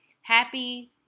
happy